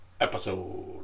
Episode